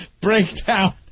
breakdown